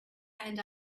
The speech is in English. and